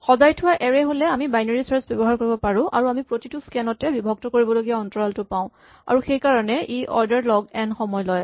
সজাই থোৱা এৰে হ'লে আমি বাইনেৰী চাৰ্ছ ব্যৱহাৰ কৰিব পাৰো আৰু আমি প্ৰতিটো স্কেন তে বিভক্ত কৰিবলগীয়া অন্তৰালটো পাওঁ আৰু সেইকাৰণে ই অৰ্ডাৰ লগ এন সময় লয়